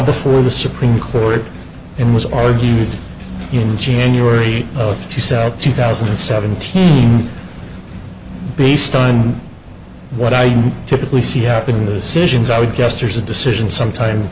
before the supreme court and was argued in january oh she set out two thousand and seventeen based on what i typically see happen in the citizens i would guess there's a decision sometime